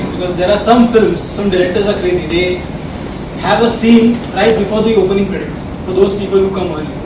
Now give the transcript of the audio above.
because there are some films, some directors are crazy. they have a scene right before the opening credits for those people who come